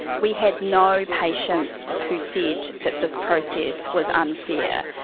we had no patients who said that this process was unfair.